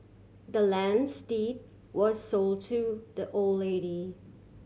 the land's deed was sold to the old lady